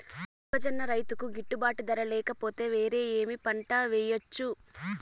మొక్కజొన్న రైతుకు గిట్టుబాటు ధర లేక పోతే, వేరే ఏమి పంట వెయ్యొచ్చు?